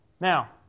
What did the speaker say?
Now